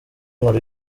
nkora